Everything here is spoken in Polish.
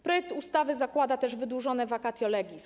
Projekt ustawy zakłada też wydłużone vacatio legis.